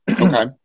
okay